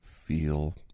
feel